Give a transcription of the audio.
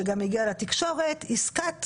שגם הגיע לתקשורת עסקת